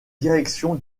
direction